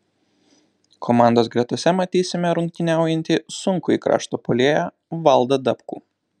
komandos gretose matysime rungtyniaujantį sunkųjį krašto puolėją valdą dabkų